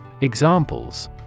Examples